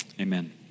Amen